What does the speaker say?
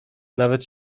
nawet